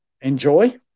enjoy